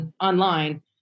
online